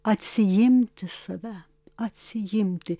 atsiimti save atsiimti